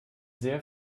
sehr